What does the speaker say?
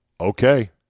Okay